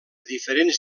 diferents